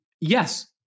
Yes